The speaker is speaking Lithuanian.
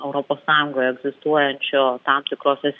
europos sąjungoje egzistuojančio tarp tikrose